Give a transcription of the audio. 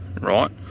right